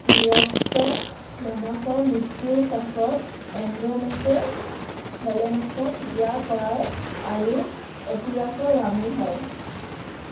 নিয়'প্ট'লেমাছৰ মৃত্যুৰ পাছত এণ্ড্ৰ'মেচে হেলেনাছক বিয়া কৰায় আৰু এপিৰাছৰ ৰাণী হয়